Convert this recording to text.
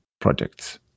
projects